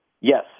Yes